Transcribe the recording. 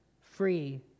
free